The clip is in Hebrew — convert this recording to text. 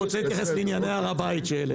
הוא רוצה להתייחס לענייני הר הבית שהעליתם.